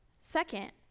Second